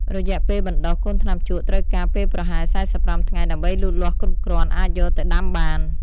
រយៈពេលបណ្ដុះ កូនថ្នាំជក់ត្រូវការពេលប្រហែល ៤៥ ថ្ងៃដើម្បីលូតលាស់គ្រប់គ្រាន់អាចយកទៅដាំបាន។